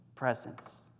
presence